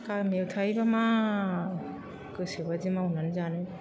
गामियाव थायोब्ला मा गोसो बायदि मावनानै जानो